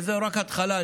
וזו רק התחלה.